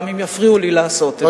גם אם יפריעו לי לעשות את זה.